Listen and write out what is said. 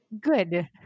Good